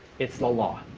it's the law.